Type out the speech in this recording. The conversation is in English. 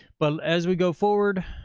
but as we go forward,